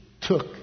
took